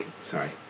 Sorry